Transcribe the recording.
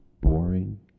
boring